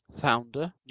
founder